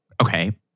Okay